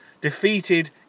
defeated